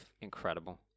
incredible